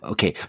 Okay